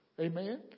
Amen